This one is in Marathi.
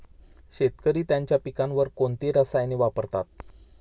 शेतकरी त्यांच्या पिकांवर कोणती रसायने वापरतात?